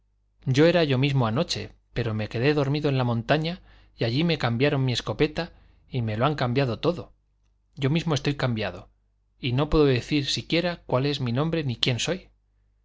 yo era yo mismo anoche pero me quedé dormido en la montaña y allí me cambiaron mi escopeta y me lo han cambiado todo yo mismo estoy cambiado y no puedo decir siquiera cuál es mi nombre ni quién soy